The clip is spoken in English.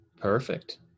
Perfect